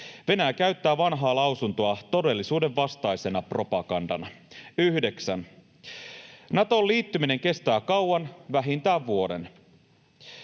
Venäjä käyttää vanhaa lausuntoa todellisuuden vastaisena propagandana. 9) Natoon liittyminen kestää kauan, vähintään vuoden.